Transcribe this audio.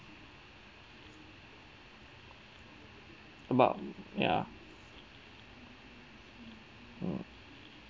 about ya